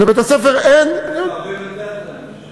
לבית-הספר אין, אנחנו פועלים לתת להם רישיון.